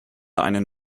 einen